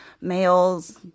males